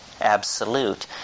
absolute